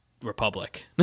Republic